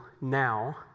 now